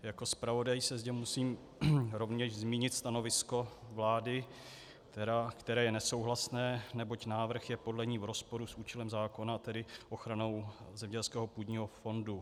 Jako zpravodaj zde musím rovněž zmínit stanovisko vlády, které je nesouhlasné, neboť návrh je podle ní v rozporu s účelem zákona, tedy ochranou zemědělského půdního fondu.